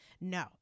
No